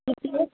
ఖర్చులు